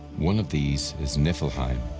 one of these is niflheim.